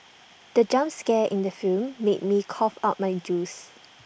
the jump scare in the film made me cough out my juice